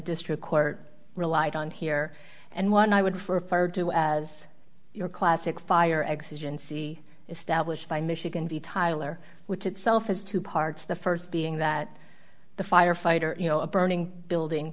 district court relied on here and one i would refer to as your classic fire exit in c established by michigan v tyler which itself has two parts the st being that the firefighter you know a burning building